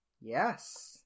Yes